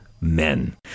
men